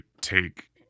take